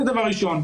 זה דבר ראשון.